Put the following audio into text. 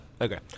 Okay